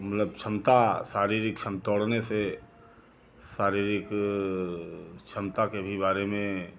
मतलब क्षमता शारीरिक श्रम दौड़ने से शारीरिक क्षमता के भी बारे में